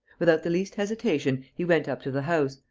without the least hesitation he went up to the house,